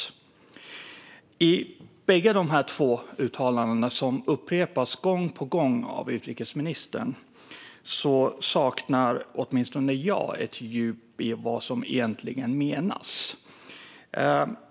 I båda dessa uttalanden som upprepas gång på gång av utrikesministern saknar åtminstone jag ett djup i vad som egentligen menas.